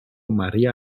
maria